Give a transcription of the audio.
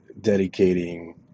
dedicating